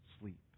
sleep